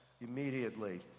immediately